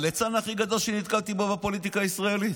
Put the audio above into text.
הליצן הכי גדול שנתקלתי בו בפוליטיקה הישראלית.